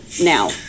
now